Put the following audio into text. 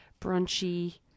brunchy